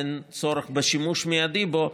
אין צורך בשימוש מיידי בו,